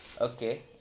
Okay